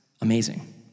Amazing